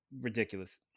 ridiculous